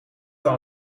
kan